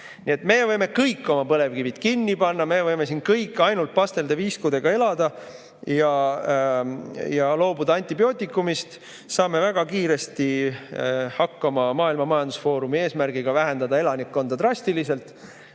meie võime kõik oma põlevkivi kinni panna, me võime siin kõik ainult pastelde‑viiskudega elada ja loobuda antibiootikumidest ning saame väga kiiresti hakkama Maailma Majandusfoorumi eesmärgiga vähendada elanikkonda drastiliselt,